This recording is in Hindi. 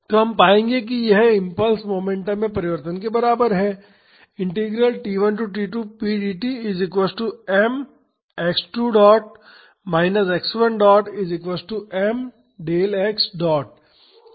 तो हम पाएंगे कि यह इम्पल्स मोमेंटम में परिवर्तन के बराबर है